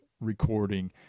recording